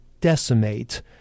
decimate